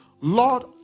lord